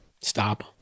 Stop